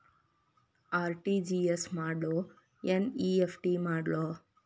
RTGS ಮಾಡ್ಲೊ NEFT ಮಾಡ್ಲೊ?